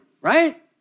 right